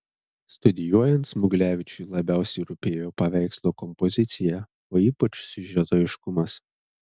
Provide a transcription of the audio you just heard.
studijuojant smuglevičiui labiausiai rūpėjo paveikslo kompozicija o ypač siužeto aiškumas